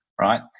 right